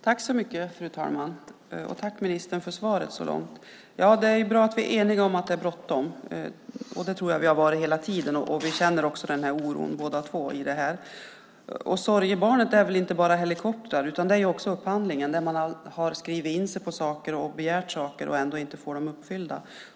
Fru talman! Tack, ministern, för svaret så långt! Det är bra att vi är eniga om att det är bråttom. Det tror jag att vi har varit hela tiden, och vi känner också oro båda två. Sorgebarnet är inte bara helikoptrar utan också upphandlingen, där man har skrivit in och begärt saker och ändå inte får dem uppfyllda.